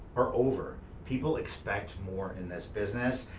are over. people expect more in this business,